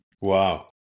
Wow